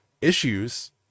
issues